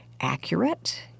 accurate